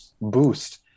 boost